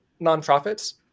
nonprofits